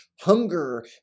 hunger